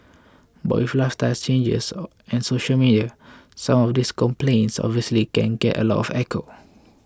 but with lifestyle changes and social media some of these complaints obviously can get a lot of echo